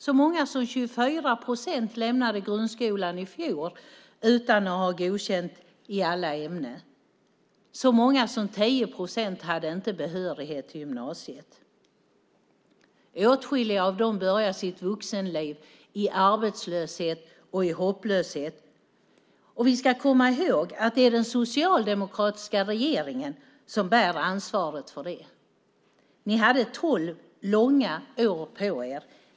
Så många som 24 procent lämnade grundskolan i fjol utan att ha godkänt i alla ämnen. Så många som 10 procent hade inte behörighet till gymnasiet. Åtskilliga börjar sitt vuxenliv i arbetslöshet och i hopplöshet. Och vi ska komma ihåg att det är den socialdemokratiska regeringen som bär ansvaret för det. Ni hade tolv långa år på er.